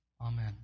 Amen